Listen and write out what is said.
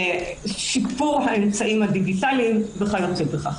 לשיפור האמצעים הדיגיטליים וכיוצא בכך.